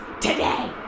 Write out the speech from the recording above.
today